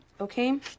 Okay